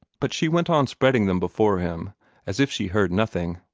but she went on spreading them before him as if she heard nothing.